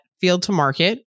field-to-market